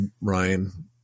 Ryan